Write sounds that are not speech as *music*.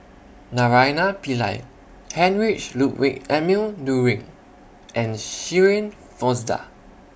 *noise* Naraina Pillai Heinrich Ludwig Emil Luering and Shirin Fozdar